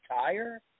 tire